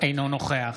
אינו נוכח